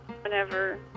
whenever